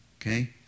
Okay